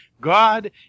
God